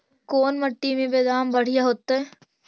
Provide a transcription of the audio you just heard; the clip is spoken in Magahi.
कोन मट्टी में बेदाम बढ़िया होतै?